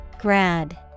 grad